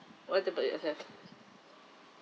what about yourself